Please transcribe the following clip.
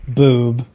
Boob